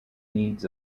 needs